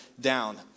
down